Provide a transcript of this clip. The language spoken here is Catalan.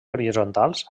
horitzontals